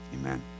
Amen